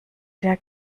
der